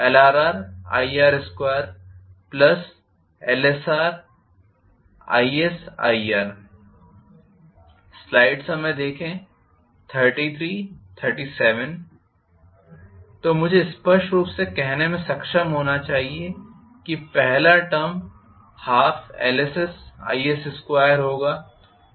Wf12Lssis212Lrrir2Lsrisir तो मुझे स्पष्ट रूप से कहने में सक्षम होना चाहिए कि पहला टर्म 12Lssis2होगा